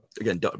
again